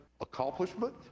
accomplishment